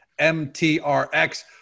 MTRX